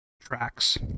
tracks